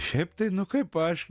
šiaip tai nu kaip aš